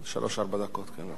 שלוש-ארבע דקות, בבקשה.